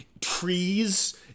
Trees